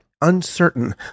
Uncertain